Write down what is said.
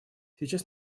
сейчас